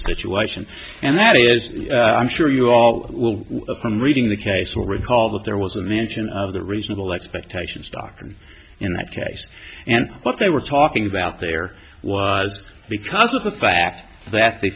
situation and that is i'm sure you all will from reading the case will recall that there was a mention of the reasonable expectations doctrine in that case and what they were talking about there was because of the fact that the